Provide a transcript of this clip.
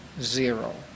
zero